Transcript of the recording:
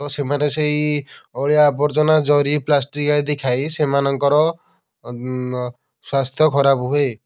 ସେମାନେ ସେହି ଅଳିଆ ଆବର୍ଜନା ଜରି ପ୍ଲାଷ୍ଟିକ୍ ଆଦି ଖାଇ ସେମାନଙ୍କର ସ୍ୱାସ୍ଥ୍ୟ ଖରାପ ହୁଏ